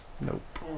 Nope